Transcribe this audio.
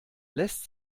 lässt